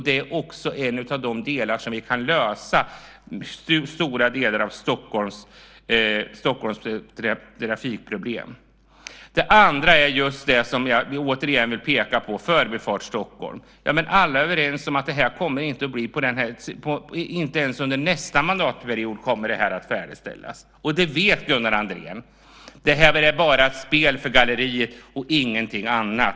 Det är ett av de sätt som vi kan lösa stora delar av Stockholms trafikproblem på. Det tredje jag vill ta upp och - återigen - peka på gäller Förbifart Stockholm. Alla är överens om att det inte kommer att färdigställas ens under nästa mandatperiod. Det vet Gunnar Andrén. Det här är bara ett spel för gallerierna, ingenting annat.